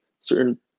certain